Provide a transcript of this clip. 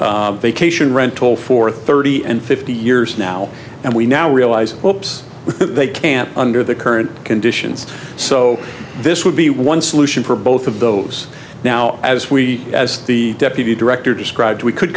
vacation rental for thirty and fifty years now and we now realize hopes they can't under the current conditions so this would be one solution for both of those now as we as the deputy director described we could